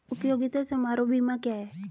उपयोगिता समारोह बीमा क्या है?